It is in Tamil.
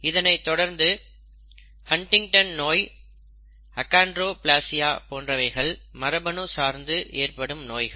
இதனைத் தொடர்ந்து ஹன்டிங்டன் நோய் அகான்டிரோப்லேசியா போன்றவைகள் மரபணு சார்ந்து ஏற்படும் நோய்கள்